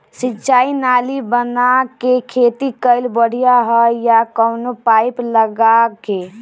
सिंचाई नाली बना के खेती कईल बढ़िया ह या कवनो पाइप लगा के?